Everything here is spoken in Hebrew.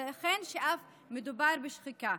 וייתכן שאף מדובר בשחיקה.